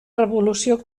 revolució